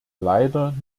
leider